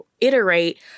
iterate